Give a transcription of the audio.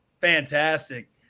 Fantastic